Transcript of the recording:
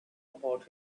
about